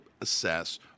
assess